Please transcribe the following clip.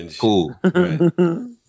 Cool